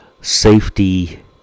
safety